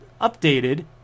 updated